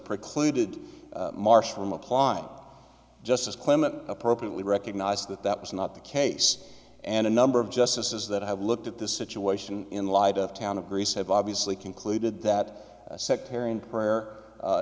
precluded marsh from apply not just as clement appropriately recognised that that was not the case and a number of justices that have looked at the situation in light of town of greece have obviously concluded that sectarian prayer